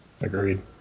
Agreed